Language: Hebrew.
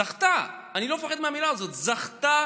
זכתה, אני לא מפחד מהמילה הזאת, זכתה